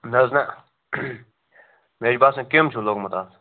نہ حظ نہ مےٚ حظ چھُ باسان کیٛوٚم چھُ لوٚگمُت اَتھ